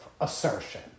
assertion